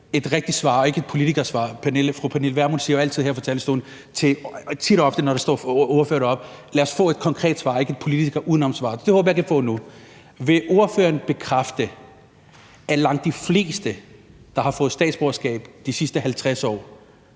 et rigtigt svar og ikke et politikersvar. Fru Pernille Vermund siger tit og ofte, når der står ordførere deroppe: Lad os få et konkret svar og ikke et politikerudenomssvar. Det håber jeg jeg kan få nu. Vil ordføreren bekræfte, at langt de fleste, der har fået statsborgerskab de sidste 50 år,